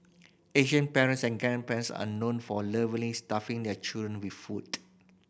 Asian parents and grandparents are known for a lovingly stuffing their children with food